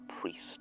priest